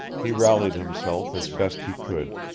he rallied himself as best he could,